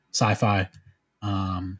sci-fi